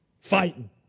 fighting